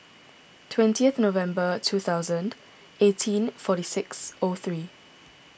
twentieth November two thousand eighteen forty six O three